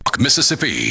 Mississippi